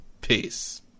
Peace